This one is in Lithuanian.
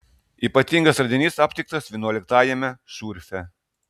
ypatingas radinys aptiktas vienuoliktajame šurfe